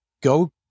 Go